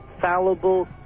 fallible